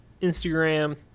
Instagram